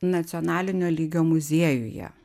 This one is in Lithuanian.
nacionalinio lygio muziejuje